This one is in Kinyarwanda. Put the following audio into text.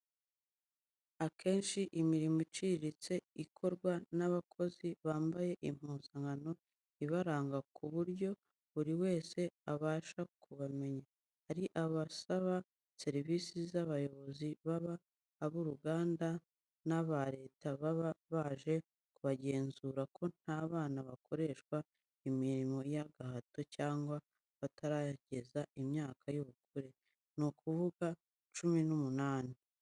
Akenshi imirimo iciriritse ikorwa n'abakozi bambaye impuzankano ibaranga ku buryo buri wese abasha kubamenya. Ari abasaba serivisi n'abayobozi baba ab'uruganda n'aba Leta baba baje kugenzura ko nta bana bakoreshwa imirimo y'agahato, cyangwa batarageza imyaka y'ubukure, ni ukuvuga cumi n'umunani.